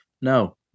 No